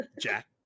Jack